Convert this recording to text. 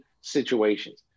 situations